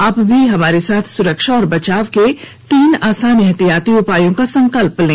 आप भी हमारे साथ सुरक्षा और बचाव के तीन आसान एहतियाती उपायों का संकल्प लें